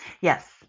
Yes